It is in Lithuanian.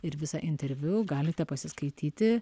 ir visą interviu galite pasiskaityti